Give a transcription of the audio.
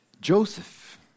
Joseph